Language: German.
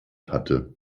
hatte